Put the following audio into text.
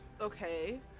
Okay